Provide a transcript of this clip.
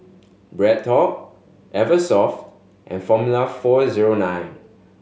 BreadTalk Eversoft and Formula Four Zero Nine